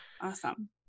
Awesome